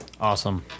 Awesome